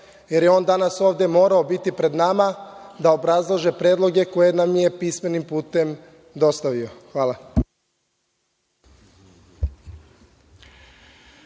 On je danas ovde morao biti pred nama, da obrazlaže predloge koje nam je pismenim putem dostavio. Hvala.